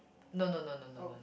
no no no no no no